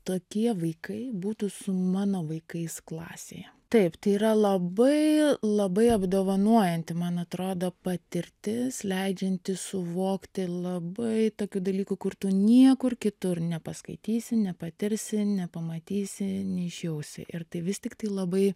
tokie vaikai būtų su mano vaikais klasėje taip tai yra labai labai apdovanojanti man atrodo patirtis leidžianti suvokti labai tokių dalykų kur tu niekur kitur nepaskaitysi nepatirsi nepamatysi neišjausi ir tai vis tiktai labai